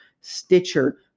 Stitcher